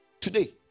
Today